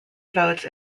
votes